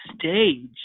stage